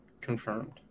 Confirmed